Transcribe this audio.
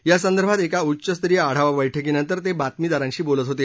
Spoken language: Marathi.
या संदर्भात एका उच्चस्तरीय आढावा बैठकीनंतर ते बातमीदारांशी बोलत होते